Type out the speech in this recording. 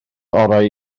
orau